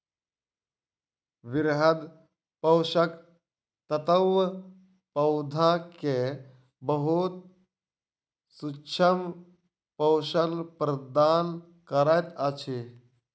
वृहद पोषक तत्व पौधा के बहुत सूक्ष्म पोषण प्रदान करैत अछि